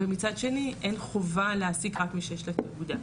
ומצד שני אין חובה להעסיק רק מי שיש לה תעודה.